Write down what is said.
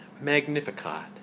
magnificat